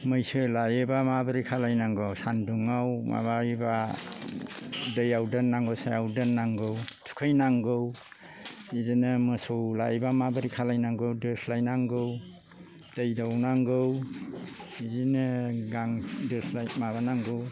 मैसो लायोब्ला माबोरै खालायनांगौ सान्दुंआव माबायोब्ला दैआव दोननांगौ सायाव दोननांगौ थुखैनांगौ बिदिनो मोसौ लायोब्ला माबोरै खालायनांगौ दोस्लायनांगौ दै दौनांगौ बिदिनो माबानांगौ